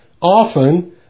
Often